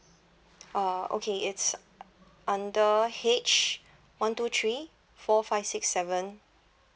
orh okay it's under H one two three four five six seven